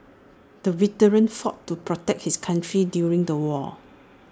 the veteran fought to protect his country during the war